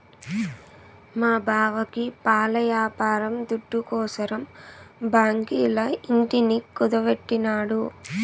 మా బావకి పాల యాపారం దుడ్డుకోసరం బాంకీల ఇంటిని కుదువెట్టినాడు